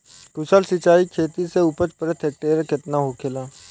कुशल सिंचाई खेती से उपज प्रति हेक्टेयर केतना होखेला?